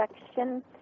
section